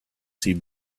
see